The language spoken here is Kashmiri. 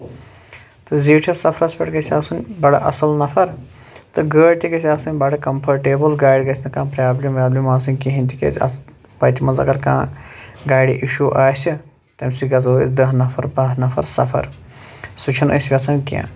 تہٕ زیٖٹھِس سَفرَس پٮ۪ٹھ گژھِ آسُن بَڑٕ اَصٕل نَفر تہٕ گٲڑ تہِ گژھِ آسٕنۍ بَڑٕ کمفٲٹیبٕلۍ گاڑِ گژھِ نہٕ کانٛہہ پرابلِم ورابلِم آسنۍ کِہینۍ تِکیازِ اس وَتہِ منٛز اَگر گاڑِ کانٛہہ اِشوٗ آسہِ تَمہِ سۭتۍ گژھو أسۍ دہ نَفر باہہ نَفر سَفر سُہ چھُِنہٕ أسۍ یژھان کیٚنٛہہ